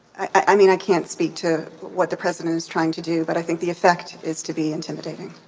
i mean i can't speak to what the president is trying to do but i think the effect is to be intimidating.